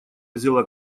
взяла